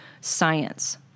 science